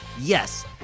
yes